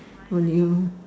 on you